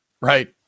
right